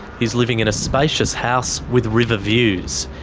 he's living in a spacious house with river views.